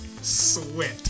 sweat